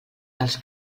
dels